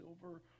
silver